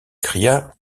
cria